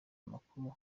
amakuru